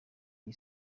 iyi